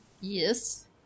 Yes